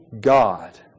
God